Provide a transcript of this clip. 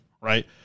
right